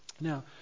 now